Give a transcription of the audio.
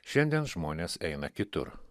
šiandien žmonės eina kitur